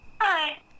Hi